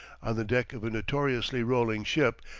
on the deck of a notoriously rolling ship,